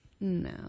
No